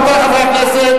רבותי חברי הכנסת,